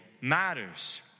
matters